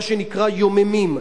מה שנקרא יוממים,